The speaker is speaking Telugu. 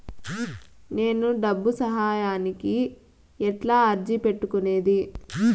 నేను డబ్బు సహాయానికి ఎట్లా అర్జీ పెట్టుకునేది?